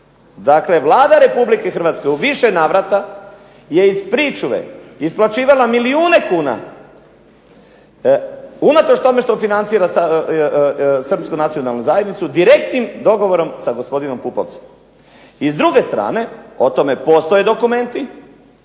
dakle Vlada Republike Hrvatske u više navrata je iz pričuve isplaćivala milijune kuna unatoč tome što financira Srpsku nacionalnu zajednicu direktnim dogovorom sa gospodinom Pupovcem. I s druge strane, o tome postoje dokumenti,